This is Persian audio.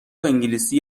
انگلیسی